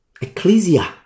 Ecclesia